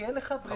אין לך ברירה.